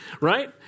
right